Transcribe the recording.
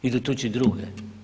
Idu tuči druge.